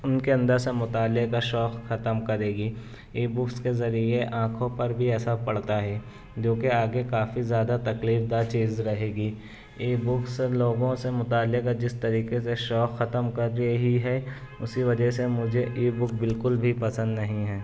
ان کے اندر سے مطالعہ کا شوق ختم کرے گی ای بکس کے ذریعہ آنکھوں پر بھی اثر پڑتا ہے جو کہ آگے کافی زیادہ تکلیف دہ چیز رہے گی ای بکس لوگوں سے مطالعہ کا جس طریقے سے شوق ختم کر رہی ہے اسی وجہ سے مجھے ای بک بالکل بھی پسند نہیں ہے